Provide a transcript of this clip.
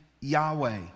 Yahweh